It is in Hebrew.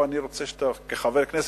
כחבר כנסת,